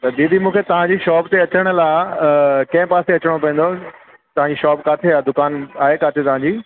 त दीदी मूंखे तव्हांजी शॉप ते अचण लाइ की पासे अचिणो पवंदो तव्हांजी शॉप काथे आहे दुकानु आहे काथे तव्हांजी